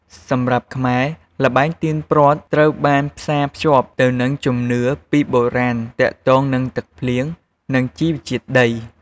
សម្រាប់ខ្មែរ ល្បែងទាញព្រ័ត្រត្រូវបានផ្សារភ្ជាប់ទៅនឹងជំនឿពីបុរាណទាក់ទងនឹងទឹកភ្លៀង និងជីជាតិដី។